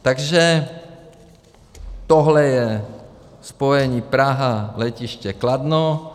Takže tohle je spojení PrahaletištěKladno.